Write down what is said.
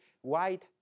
white